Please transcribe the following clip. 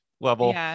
level